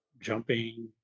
jumping